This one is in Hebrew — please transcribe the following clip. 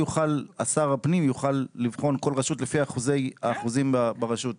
כתוב בחוק ששר הפנים יוכל לבחון כל רשות לפי האחוזים ברשות.